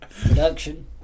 production